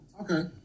Okay